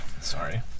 Sorry